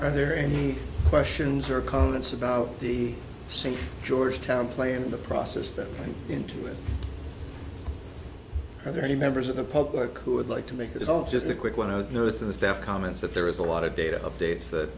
are there any questions or comments about the sink georgetown play in the process that went into it are there any members of the public who would like to make it is all just a quick one i was nervous of the staff comments that there is a lot of data updates that